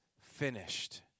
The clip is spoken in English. finished